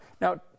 Now